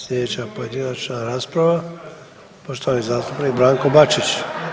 Slijedeća pojedinačna rasprava, poštovani zastupnik Branko Bačić.